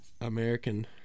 American